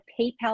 PayPal